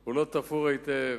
הוא לא תפור היטב.